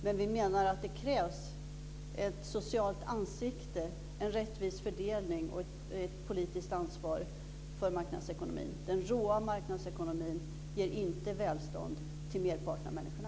Men vi menar att det krävs ett socialt ansikte, en rättvis fördelning och ett politiskt ansvar för marknadsekonomin. Den råa marknadsekonomin ger inte välstånd till merparten av människorna.